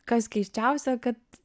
kas keisčiausia kad